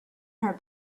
her